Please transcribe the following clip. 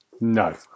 No